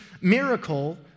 miracle